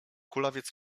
kulawiec